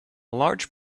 large